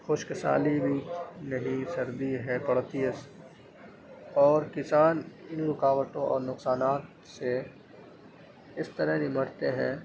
خشک سالی بھی نہیں سردی ہے پڑتی ہے اور کسان ان رکاوٹوں اور نقصانات سے اس طرح نمٹتے ہیں